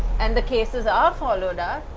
and the cases are followed up